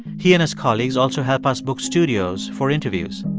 he and his colleagues also help us book studios for interviews.